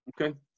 Okay